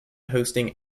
hosting